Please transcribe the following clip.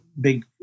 big